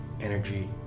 energy